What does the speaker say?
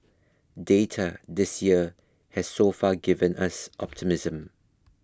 data this year has so far given us optimism